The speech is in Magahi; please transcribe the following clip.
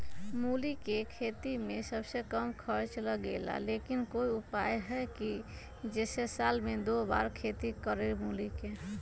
मूली के खेती में सबसे कम खर्च लगेला लेकिन कोई उपाय है कि जेसे साल में दो बार खेती करी मूली के?